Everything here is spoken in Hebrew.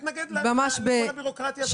נתנגד בין הקריאה הראשונה לשנייה לכל הבירוקרטיה הזאת.